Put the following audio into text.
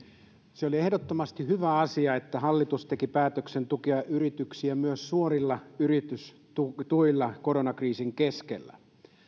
se oli ehdottomasti hyvä asia että hallitus teki päätöksen tukea yrityksiä myös suorilla yritystuilla koronakriisin keskellä